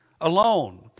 alone